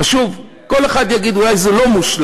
שוב, כל אחד יגיד, אולי זה לא מושלם.